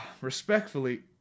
respectfully